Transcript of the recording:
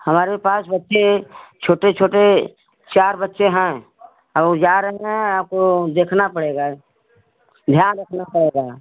हमारे पास बच्चे छोटे छोटे चार बच्चे हैं वो जा रहे हैं आपको देखना पड़ेगा ध्यान रखना पड़ेगा